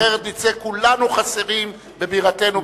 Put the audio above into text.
אחרת נצא כולנו חסרים בבירתנו,